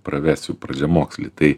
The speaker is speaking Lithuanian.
pravesiu pradžiamokslį tai